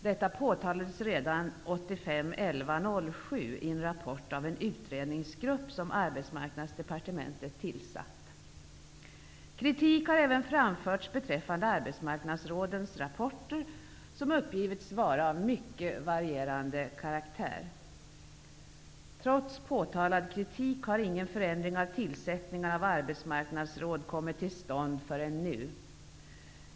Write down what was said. Detta påtalades redan den 7 november 1985 i en rapport av en utredningsgrupp som Kritik har även framförts beträffande arbetsmarknadsrådens rapporter, som uppgivits vara av ''mycket varierande karaktär''. Trots påtalad kritik har ingen förändring av tillsättningarna av arbetsmarknadsråd kommit till stånd förrän nu.